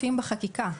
להיפך,